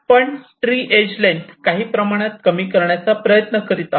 आपण tree edge length काही प्रमाणात कमी करण्याचा प्रयत्न करीत आहोत